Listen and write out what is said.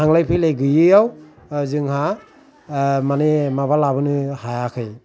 थांलाय फैलाय गैयैआव जोंहा माने माबा लाबोनो हायाखै